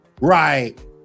right